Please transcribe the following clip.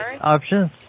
options